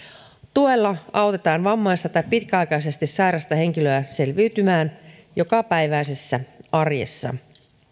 tuella autetaan vammaista tai pitkäaikaisesti sairasta henkilöä selviytymään jokapäiväisessä arjessa